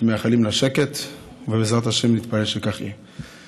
שמייחלים לשקט, ובעזרת השם נתפלל שכך יהיה.